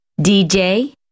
dj